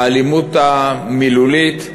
האלימות המילולית.